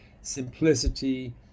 simplicity